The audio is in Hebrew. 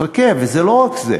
חכה, וזה לא רק זה.